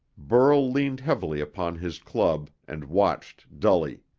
burl leaned heavily upon his club and watched dully.